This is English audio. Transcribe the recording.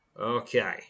Okay